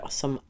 som